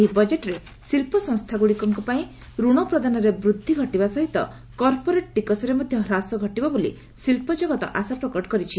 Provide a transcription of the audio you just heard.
ଏହି ବଜେଟ୍ରେ ଶିଳ୍ପ ସଂସ୍ଥାଗୁଡିକ ପାଇଁ ଋଣ ପ୍ରଦାନରେ ବୃଦ୍ଧି ଘଟିବା ସହିତ କର୍ପୋରେଟ ଟିକସରେ ମଧ୍ୟ ହ୍ରାସ ଘଟିବ ବୋଲି ଶିଳ୍ପ ଜଗତ ଆଶାପ୍ରକଟ କରିଛି